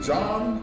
John